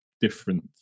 different